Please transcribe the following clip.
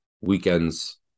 weekends